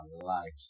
lives